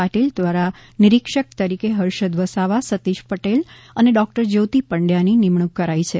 પાટિલ દ્વારા નિરક્ષક તરીકે હર્ષદ વસાવા સતિષ પટેલ અને ડોક્ટર જ્યોતિ પંડ્યા ની નિમણૂક કરાઈ છે